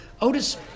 Otis